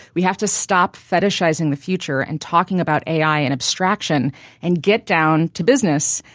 we have to stop fetishizing the future and talking about ai in abstraction and get down to business,